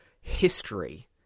history